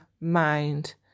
mind